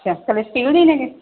ਅੱਛਾ ਚਲੋ ਸਟਿਲ ਦੇ ਨੇਗੇ